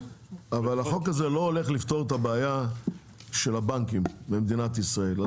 אבל החוק הזה לא הולך לפתור את הבעיה של הבנקים במדינת ישראל.